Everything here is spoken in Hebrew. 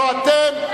לא אתם,